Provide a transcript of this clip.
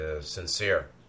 sincere